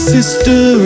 Sister